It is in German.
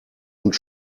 und